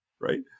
right